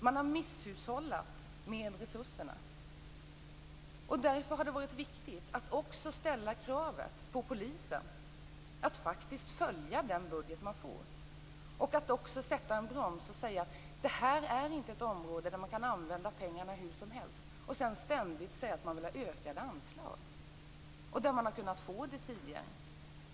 Man har misshushållat med resurserna. Därför har det varit viktigt att också ställa kravet på Polisen att faktiskt följa den budget man får och att sätta en broms här och tala om att detta inte är ett område där man kan använda pengarna hur som helst och sedan ständigt säga att man vill ha ökade anslag. Det har man ju också kunnat få tidigare.